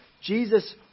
Jesus